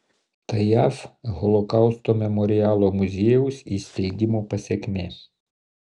tai jav holokausto memorialo muziejaus įsteigimo pasekmė